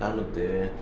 ಕಾಣುತ್ತೇವೆ